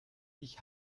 ich